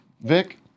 Vic